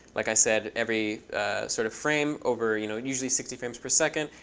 like i said, every sort of frame over, you know, usually sixty frames per second,